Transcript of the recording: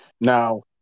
Now